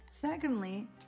Secondly